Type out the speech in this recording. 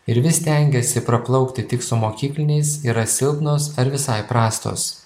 ir vis stengiasi praplaukti tik su mokykliniais yra silpnos ar visai prastos